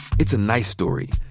it's a nice story,